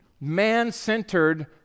Man-centered